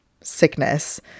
sickness